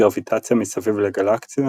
גרביטציה מסביב לגלקסיות